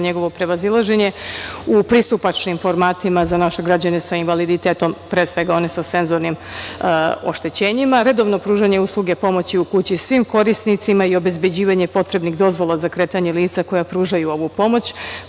njegovo prevazilaženje u pristupačnim formatima za naše građane sa invaliditetom, pre svega, one sa senzornim oštećenima, redovno pružanje usluge pomoći u kući svim korisnicima i obezbeđivanje potrebnih dozvola za kretanje lica koja pružaju ovu pomoć,